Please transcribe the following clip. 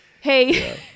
hey